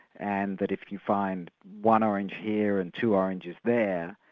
and that if you find one orange here and two oranges there,